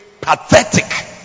pathetic